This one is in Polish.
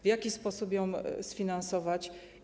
W jaki sposób ją sfinansować?